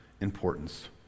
importance